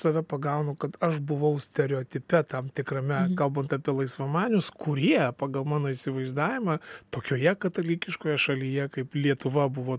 save pagaunu kad aš buvau stereotipe tam tikrame kalbant apie laisvamanius kurie pagal mano įsivaizdavimą tokioje katalikiškoje šalyje kaip lietuva buvo